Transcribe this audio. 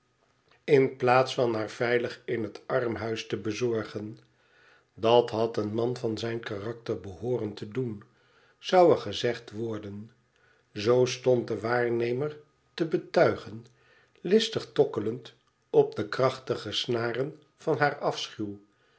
in plaats van haar veilig in het armhuis te bezorgen dat had een man van zijn karakter beïiooren te doen zou er gezegd worden zoo stond de waarnemer te betuigen listig tokkelend op de krachtige snaren van haar